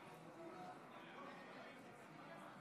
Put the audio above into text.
או לוועדת המדע.